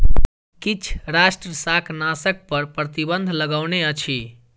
किछ राष्ट्र शाकनाशक पर प्रतिबन्ध लगौने अछि